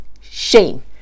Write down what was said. shame